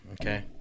Okay